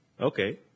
Okay